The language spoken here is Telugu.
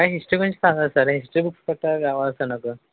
నాకు హిస్టరీ గురించి కావాలి సార్ హిస్టరీ బుక్స్ కట్టా కావాలి సార్ నాకు